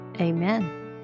Amen